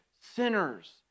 sinners